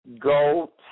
Go